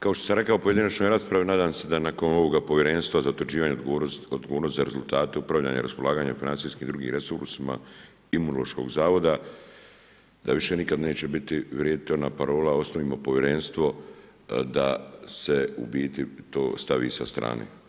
Kao što sam rekao u pojedinačnoj raspravi, nadam se da nakon ovoga povjerenstva za utvrđivanje odgovornosti za rezultate upravljanja i raspolaganja o financijskim i drugim resursima Imunološkog zavoda da više nikad neće vrijediti ona parola ostavimo povjerenstvo da se u biti to stavi sa strane.